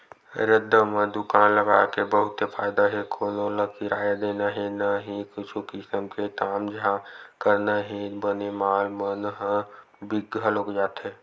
रद्दा म दुकान लगाय के बहुते फायदा हे कोनो ल किराया देना हे न ही कुछु किसम के तामझाम करना हे बने माल मन ह बिक घलोक जाथे